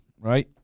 right